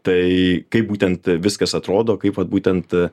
tai kaip būtent viskas atrodo kaip vat būtent